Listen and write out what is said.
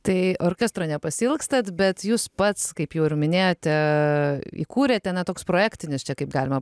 tai orkestro nepasiilgstat bet jūs pats kaip jau ir minėjote įkūrėte na toks projektinis čia kaip galima